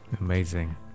Amazing